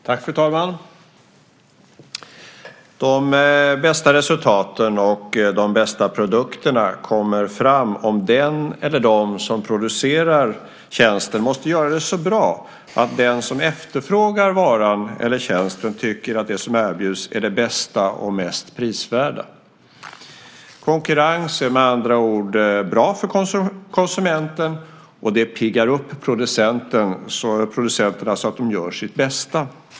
Fru talman! De bästa resultaten och de bästa produkterna kommer fram om den eller de som producerar tjänsten måste göra det så bra att den som efterfrågar varan eller tjänsten tycker att det som erbjuds är det bästa och det mest prisvärda. Konkurrens är med andra ord bra för konsumenten. Det piggar också upp producenterna så att de gör sitt bästa.